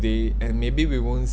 they and maybe we won't